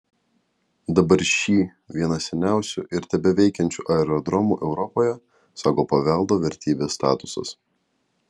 dabar šį vieną seniausių ir tebeveikiančių aerodromų europoje saugo paveldo vertybės statusas